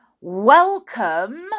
welcome